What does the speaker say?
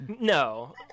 no